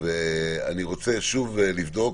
ואני רוצה שוב לבדוק,